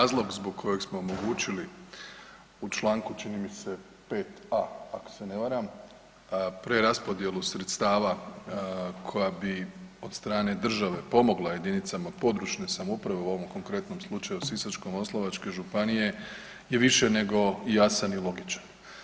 Pa razlog zbog kojeg smo omogućili u članku, čini mi se 5a. ako se ne varam, preraspodjelu sredstava koja bi od strane države pomogla jedinicama područne samouprave u ovom konkretnom slučaju Sisačko-moslavačke županije je više nego jasan i logičan.